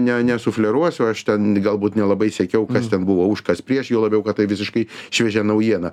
ne nesufleruosiu aš ten galbūt nelabai sekiau kas ten buvo už kas prieš juo labiau kad tai visiškai šviežia naujiena